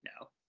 No